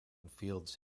fields